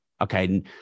Okay